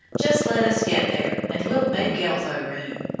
just let us get there and we'll make elbow-room!